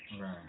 Right